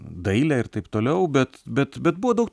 dailę ir taip toliau bet bet bet buvo daug